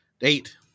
eight